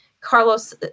Carlos